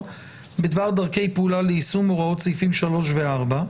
בדבר דרכי פעולה ליישום הוראות סעיפים 3 ו-4.